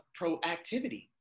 proactivity